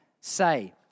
say